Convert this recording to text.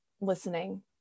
listening